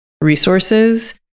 resources